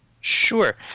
Sure